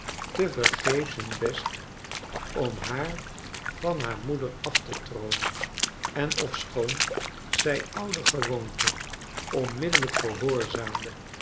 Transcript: tevergeefs hun best om haar van haar moeder af te troonen en ofschoon zij oudergewoonte onmiddellijk gehoorzaamde